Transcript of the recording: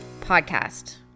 Podcast